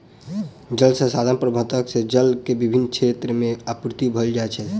जल संसाधन प्रबंधन से जल के विभिन क्षेत्र में आपूर्ति भअ सकै छै